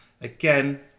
again